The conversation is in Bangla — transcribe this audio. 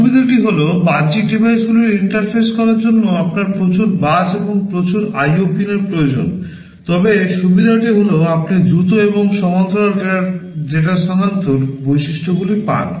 অসুবিধাটি হল বাহ্যিক ডিভাইসগুলির ইন্টারফেস করার জন্য আপনার প্রচুর বাস প্রচুর IO পিনের প্রয়োজন তবে সুবিধাটি হল আপনি দ্রুত এবং সমান্তরাল ডেটা স্থানান্তর বৈশিষ্ট্যগুলি পান